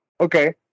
Okay